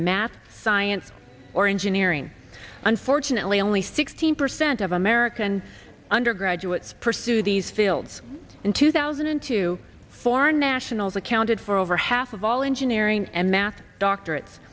in math science or engineering unfortunately only sixteen percent of american undergraduates pursued these fields in two thousand and two foreign nationals accounted for over half of all engineering and math doctorates